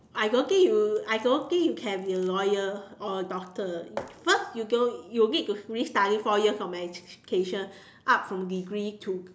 I don't think you I don't think you can be a lawyer or a doctor first you go you need to really study four years of medication up from a degree to